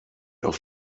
auf